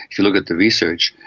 if you look at the research,